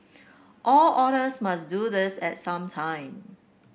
all otters must do this at some time